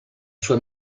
sua